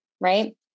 right